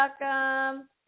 welcome